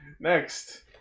Next